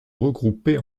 regroupées